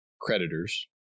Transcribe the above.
creditors